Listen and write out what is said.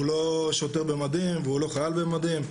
הוא לא שוטר במדים והוא לא חייל במדים.